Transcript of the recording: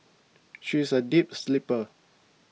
she is a deep sleeper